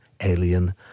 alien